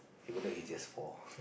even though he's just four